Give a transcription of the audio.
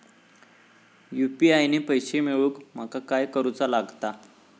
UPI ने पैशे मिळवूक माका काय करूचा लागात?